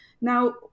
Now